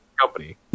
company